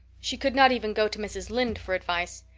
she could not even go to mrs. lynde for advice.